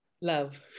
Love